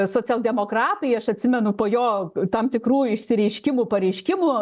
socialdemokratai aš atsimenu po jo tam tikrų išsireiškimų pareiškimų